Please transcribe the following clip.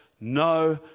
No